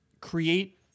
create